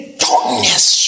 darkness